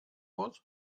was